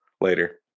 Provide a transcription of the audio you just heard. later